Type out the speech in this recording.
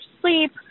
sleep